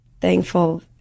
thankful